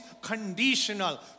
conditional